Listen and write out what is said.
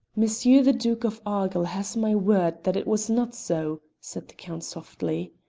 monsieur the duke of argyll has my word that it was not so, said the count softly.